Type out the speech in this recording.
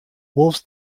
wolves